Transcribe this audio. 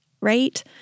right